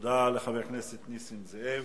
תודה לחבר הכנסת נסים זאב.